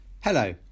Hello